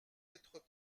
être